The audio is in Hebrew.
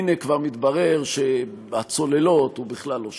הנה, כבר מתברר שלצוללות הוא בכלל לא שייך,